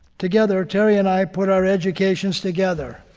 together, terry and i put our educations together.